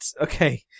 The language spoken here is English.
okay